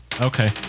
Okay